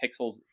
pixels